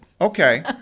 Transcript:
okay